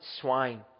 swine